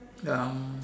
um